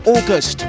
August